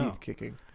kicking